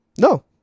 No